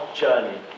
journey